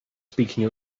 speaking